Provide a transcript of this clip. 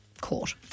court